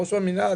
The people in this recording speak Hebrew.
ראש המינהל,